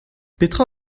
petra